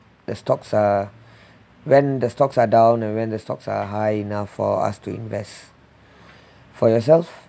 the stocks are when the stocks are down and the stocks are high enough for us to invest for yourself